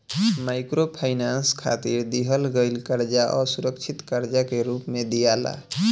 microfinance खातिर दिहल गईल कर्जा असुरक्षित कर्जा के रूप में दियाला